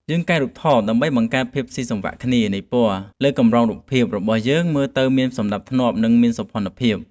យើងកែរូបថតដើម្បីបង្កើតភាពស៊ីសង្វាក់គ្នានៃពណ៌ នៅលើកម្រងរូបភាព របស់យើងឱ្យមើលទៅមានសណ្ដាប់ធ្នាប់ និងមានសោភ័ណភាព។